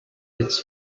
its